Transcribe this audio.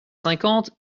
cinquante